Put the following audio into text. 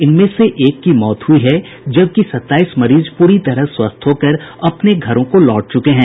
इनमें से एक की मौत हुई है जबकि सत्ताईस मरीज पूरी तरह स्वस्थ होकर अपने घरों को लौट चुके हैं